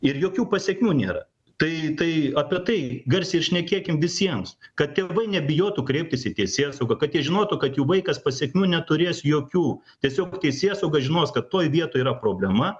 ir jokių pasekmių nėra tai tai apie tai garsiai ir šnekėkim visiems kad tėvai nebijotų kreiptis į teisėsaugą kad jie žinotų kad jų vaikas pasekmių neturės jokių tiesiog teisėsauga žinos kad toj vietoj yra problema